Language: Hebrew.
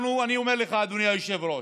אני אומר לך, אדוני היושב-ראש,